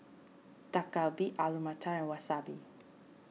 Dak Galbi Alu Matar and Wasabi